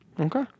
Okay